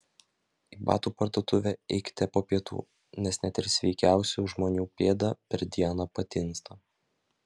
į batų parduotuvę eikite po pietų nes net ir sveikiausių žmonių pėda per dieną patinsta